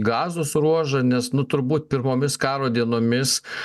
gazos ruožą nes nu turbūt pirmomis karo dienomis